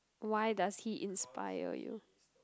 why does he inspire you